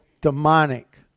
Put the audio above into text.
demonic